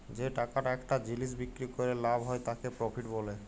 যে টাকাটা একটা জিলিস বিক্রি ক্যরে লাভ হ্যয় তাকে প্রফিট ব্যলে